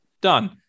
Done